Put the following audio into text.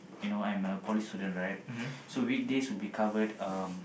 you know I'm a poly student right so weekdays would be covered um